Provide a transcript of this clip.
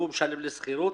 הוא משלם לי שכירות.